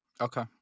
Okay